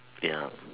ya